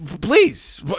Please